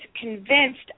convinced